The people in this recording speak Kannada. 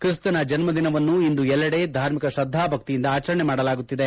ಕ್ರಿಸ್ತನ ಜನ್ಮ ದಿನವನ್ನು ಇಂದು ಎಲ್ಲೆಡೆ ಧಾರ್ಮಿಕ ಶ್ರದ್ದಾಭಕ್ತಿಯಿಂದ ಆಚರಣೆ ಮಾಡಲಾಗುತ್ತಿದೆ